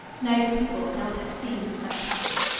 nice people don't have scenes of that kind